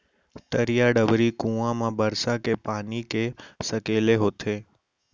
तरिया, डबरी, कुँआ म बरसा के पानी के सकेला होथे